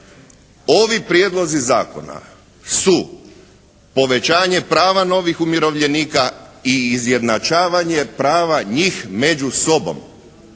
Ovi prijedlozi zakona su povećanje prava novih umirovljenika i izjednačavanje prava njih među sobom.